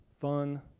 fun